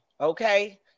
Okay